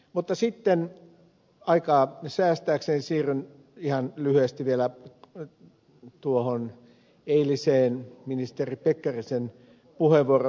mutta sitten aikaa säästääkseni siirryn ihan lyhyesti vielä tuohon eiliseen ministeri pekkarisen puheenvuoroon